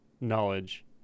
knowledge